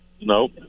Nope